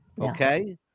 Okay